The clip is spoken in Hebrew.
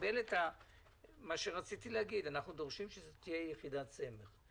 אנחנו דורשים שזאת תהיה יחידת סמך.